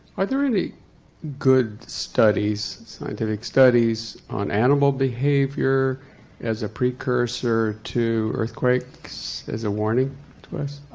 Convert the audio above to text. are there any good studies scientific studies on animal behavior as a precursor to earthquakes as a warning to us?